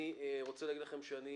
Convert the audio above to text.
אני רוצה להגיד לכם שאני